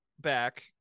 back